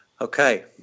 Okay